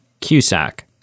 Cusack